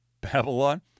Babylon